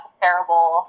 terrible